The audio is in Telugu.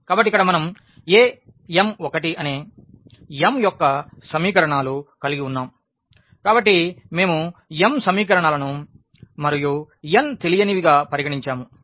కాబట్టి ఇక్కడ మనం am1అనే m యొక్క సమీకరణాలు కలిగివున్నాము కాబట్టి మేము m సమీకరణాలను వీటిలో n తెలియనివి గా పరిగణించాము